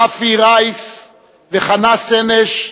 רפי רייס וחנה סנש,